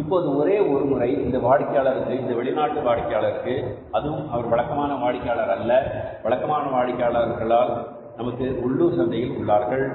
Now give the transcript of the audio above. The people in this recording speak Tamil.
இப்போது ஒரே ஒரு முறை இந்த வாடிக்கையாளருக்கு இந்த வெளிநாட்டு வாடிக்கையாளருக்கு அதுவும் அவர் வழக்கமான வாடிக்கையாளர் அல்ல வழக்கமான வாடிக்கையாளர்கள் நமக்கு உள்ளூர் சந்தையில் உள்ளார்கள்